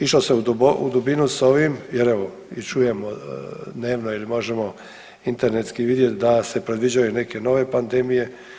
Išlo se u dubinu s ovim jer evo čujemo dnevno ili možemo internetski vidjet da se predviđaju neke nove pandemije.